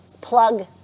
plug